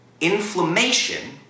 Inflammation